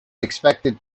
expected